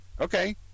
Okay